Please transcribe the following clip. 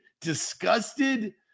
disgusted